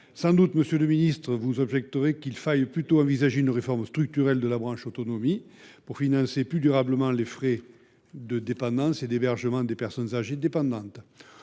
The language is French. modestes. Monsieur le ministre, vous m’objecterez sans doute qu’il faudrait plutôt envisager une réforme structurelle de la branche autonomie pour financer plus durablement les frais de dépendance et d’hébergement des personnes âgées dépendantes.